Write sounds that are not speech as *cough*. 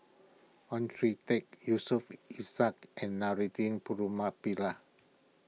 Oon *unintelligible* Teik Yusof Ishak and *unintelligible* Putumaippittan